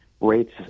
rates